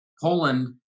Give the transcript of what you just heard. Poland